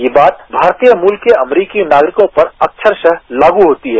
ये बात भारतीय मूल के अमरीकी नागरिकों पर अक्षरस लागू होती है